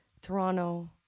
Toronto